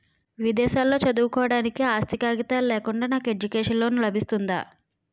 విదేశాలలో చదువుకోవడానికి ఆస్తి కాగితాలు లేకుండా నాకు ఎడ్యుకేషన్ లోన్ లబిస్తుందా?